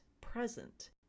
present